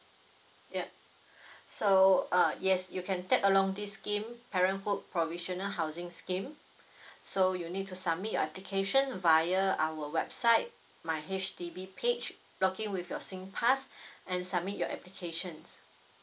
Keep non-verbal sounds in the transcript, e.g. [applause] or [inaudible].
ya [breath] so uh yes you can tag along this scheme parenthood provisional housing scheme [breath] so you need to submit your application via our website my H_D_B page log in with your singpass [breath] and submit your applications